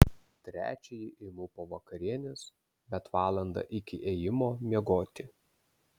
trečiąjį imu po vakarienės bet valandą iki ėjimo miegoti